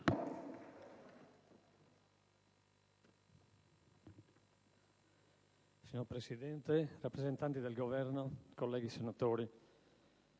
Signora Presidente, rappresentanti del Governo, colleghi senatori,